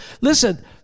listen